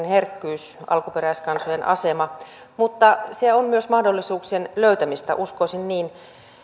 herkkyys alkuperäiskansojen asema mutta siellä on myös mahdollisuuksien löytämistä uskoisin niin